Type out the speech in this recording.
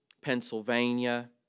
Pennsylvania